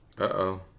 Uh-oh